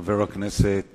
חבר הכנסת